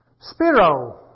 spiro